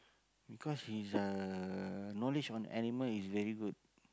because his uh knowledge on animal is very good